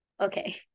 Okay